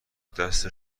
دست